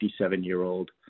57-year-old